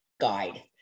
guide